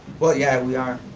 well, yeah, we are,